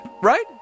right